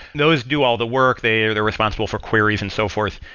those do all the work. they're they're responsible for queries and so forth.